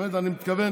באמת אני מתכוון,